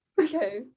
Okay